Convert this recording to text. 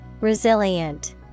Resilient